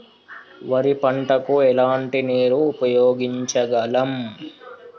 వరి పంట కు ఎలాంటి నీరు ఉపయోగించగలం?